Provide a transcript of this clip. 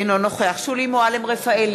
אינו נוכח שולי מועלם-רפאלי,